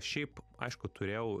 šiaip aišku turėjau